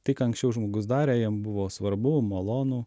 tai ką anksčiau žmogus darė jam buvo svarbu malonu